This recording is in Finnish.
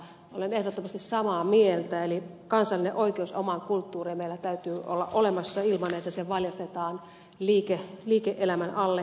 olen ehdottomasti samaa mieltä eli kansallinen oikeus omaan kulttuuriin meillä täytyy olla olemassa ilman että se valjastetaan liike elämän alle kaikkinensa